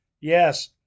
Yes